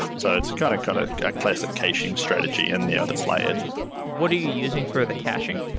so it's kind of kind of a classic caching strategy in there that's layered what are you using for the caching?